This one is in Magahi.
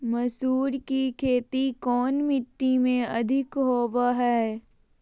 मसूर की खेती कौन मिट्टी में अधीक होबो हाय?